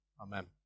Amen